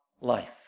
life